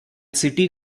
city